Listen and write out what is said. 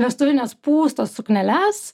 vestuvines pūstas sukneles